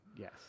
Yes